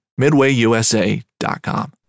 MidwayUSA.com